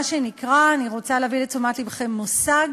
מה שנקרא אני רוצה להביא לתשומת לבכם מושג